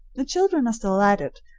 the children are still at it,